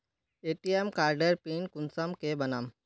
ATM कार्डेर pin कुंसम के बनाम?